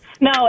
No